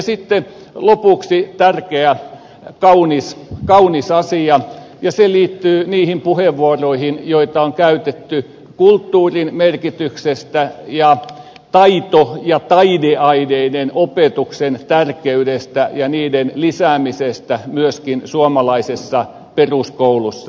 sitten lopuksi tärkeä kaunis asia ja se liittyy niihin puheenvuoroihin joita on käytetty kulttuurin merkityksestä ja taito ja taideaineiden opetuksen tärkeydestä ja niiden lisäämisestä myöskin suomalaisessa peruskoulussa